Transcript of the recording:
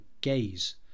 gaze